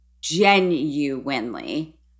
genuinely